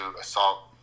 assault